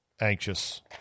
anxious